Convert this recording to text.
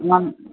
आम्